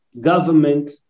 government